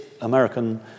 American